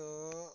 तर